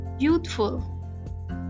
youthful